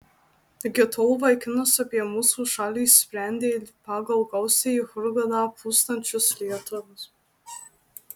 iki tol vaikinas apie mūsų šalį sprendė pagal gausiai į hurgadą plūstančius lietuvius